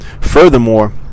Furthermore